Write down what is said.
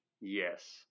yes